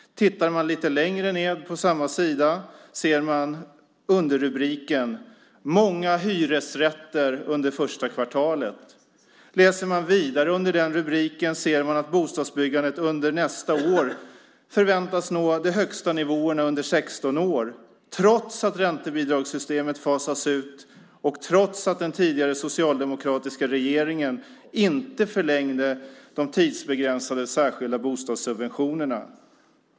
Tittar man lite längre ned på samma sida ser man underrubriken "Många hyresrätter första kvartalet". Läser man vidare under den rubriken ser man att bostadsbyggandet under nästa år förväntas nå de högsta nivåerna under 16 år, trots att räntebidragssystemet fasas ut och trots att den tidigare socialdemokratiska regeringen inte förlängde de tidsbegränsade särskilda bostadssubventionerna.